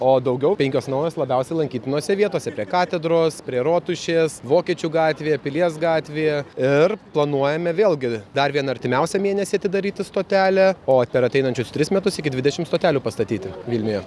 o daugiau penkios naujos labiausia lankytinose vietose prie katedros prie rotušės vokiečių gatvėje pilies gatvėje ir planuojame vėlgi dar vieną artimiausią mėnesį atidaryti stotelę o per ateinančius tris metus iki dvidešim stotelių pastatyti vilniuje